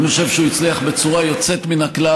אני חושב שהוא הצליח בצורה יוצאת מן הכלל